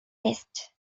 test